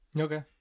okay